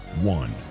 one